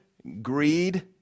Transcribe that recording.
greed